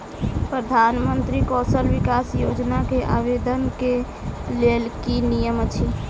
प्रधानमंत्री कौशल विकास योजना केँ आवेदन केँ लेल की नियम अछि?